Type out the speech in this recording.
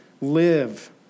live